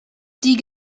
die